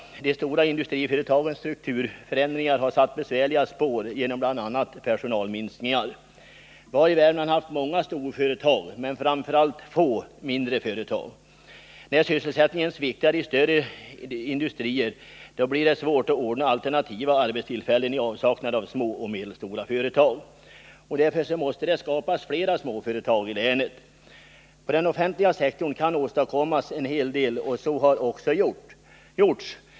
De stora industriföretagens strukturförändringar har satt besvärliga spår genom bl.a. personalminskningar. Vi har i Värmland haft många storföretag men alltför få mindre företag. När sysselsättningen sviktar i de större industrierna blir det svårt att ordna alternativa arbetstillfällen i avsaknad av små och medelstora företag. Därför måste det skapas flera småföretag i länet. På den offentliga sektorn kan det åstadkommas en hel del, och så har också gjorts.